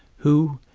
who,